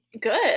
good